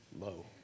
low